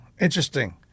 Interesting